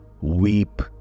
weep